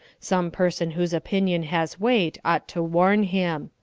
some person whose opinion has weight ought to warn him.